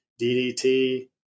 DDT